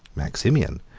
maximian,